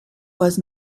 was